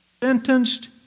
sentenced